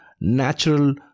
natural